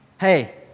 hey